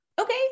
Okay